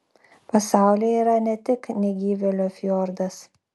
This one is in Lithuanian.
pasaulyje yra ne tik negyvėlio fjordas